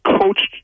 coached